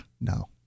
no